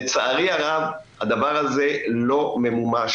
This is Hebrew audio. לצערי הרב הדבר הזה לא ממומש,